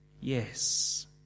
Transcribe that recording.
Yes